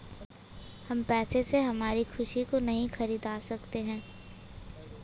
हम पैसे से हमारी खुशी को नहीं खरीदा सकते है